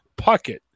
Puckett